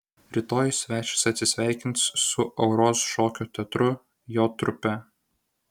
rytoj svečias atsisveikins su auros šokio teatru jo trupe